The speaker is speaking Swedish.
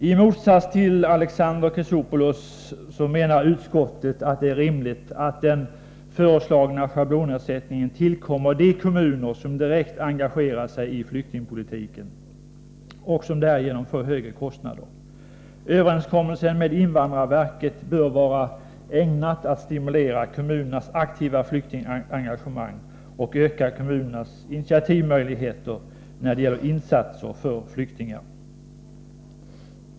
I motsats till Alexander Chrisopoulos menar utskottet att det är rimligt att den föreslagna schablonersättningen tillkommer de kommuner som direkt engagerar sig i flyktingpolitiken och som därigenom får högre kostnader. Överenskommelsen med invandrarverket bör vara ägnad att stimulera kommunernas aktiva flyktingengagemang och öka kommunernas initiativmöjligheter när det gäller insatser för flyktingar.